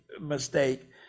mistake